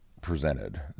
presented